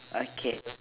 okay